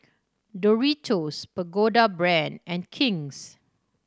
Doritos Pagoda Brand and King's